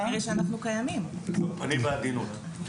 תוקפנים בעדינות.